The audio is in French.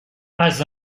pas